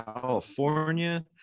California